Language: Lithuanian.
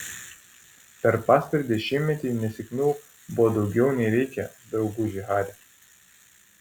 per pastarąjį dešimtmetį nesėkmių buvo daugiau nei reikia drauguži hari